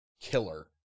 killer